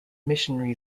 missionary